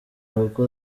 kuko